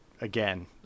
again